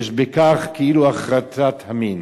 יש בכך כאילו הכרתת המין.